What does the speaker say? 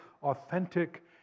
authentic